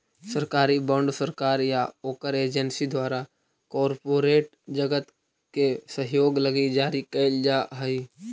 सरकारी बॉन्ड सरकार या ओकर एजेंसी द्वारा कॉरपोरेट जगत के सहयोग लगी जारी कैल जा हई